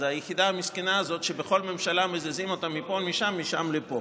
היחידה המסכנה הזאת שבכל ממשלה מזיזים אותה מפה לשם ומשם לפה.